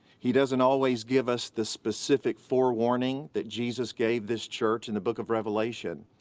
he doesn't always give us the specific forewarning that jesus gave this church in the book of revelation,